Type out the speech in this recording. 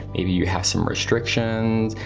maybe you have some restrictions,